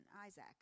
Isaac